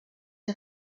der